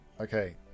Okay